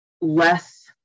less